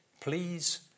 please